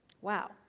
Wow